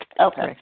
Okay